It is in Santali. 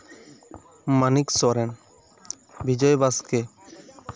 ᱢᱟᱱᱤᱠ ᱥᱚᱨᱮᱱ ᱵᱤᱡᱚᱭ ᱵᱟᱥᱠᱮ